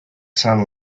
sound